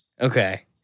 Okay